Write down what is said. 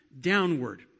downward